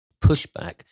pushback